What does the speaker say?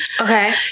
Okay